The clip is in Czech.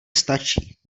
stačí